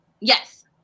Yes